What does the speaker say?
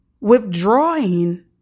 withdrawing